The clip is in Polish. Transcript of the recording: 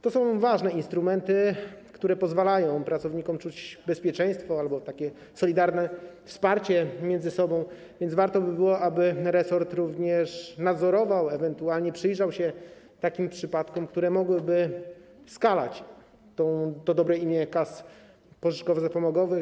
To są ważne instrumenty, które pozwalają pracownikom czuć bezpieczeństwo albo takie solidarne wsparcie między sobą, więc warto by było, aby resort również nadzorował, ewentualnie przyjrzał się takim przypadkom, które mogłyby skalać to dobre imię kas zapomogowo-pożyczkowych.